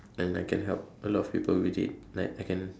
then I can help a lot of people with it like I can